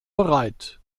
bereit